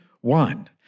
one